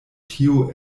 tio